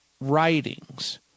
writings